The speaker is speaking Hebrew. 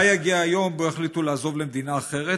אולי יגיע היום שבו יחליטו לעזוב למדינה אחרת,